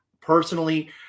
Personally